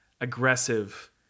aggressive